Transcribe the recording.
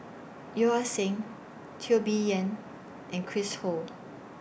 Yeo Ah Seng Teo Bee Yen and Chris Ho